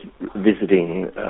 visiting